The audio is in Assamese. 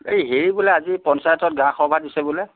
অঁ হেৰি বোলে আজি পঞ্চায়তত গাঁও সভা দিছে বোলে